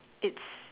ya